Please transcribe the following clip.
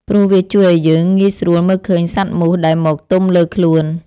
ព្រោះវាជួយឱ្យយើងងាយស្រួលមើលឃើញសត្វមូសដែលមកទុំលើខ្លួន។